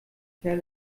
schnell